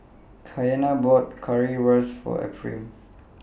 Kiana bought Currywurst For Ephriam